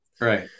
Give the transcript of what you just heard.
Right